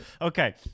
Okay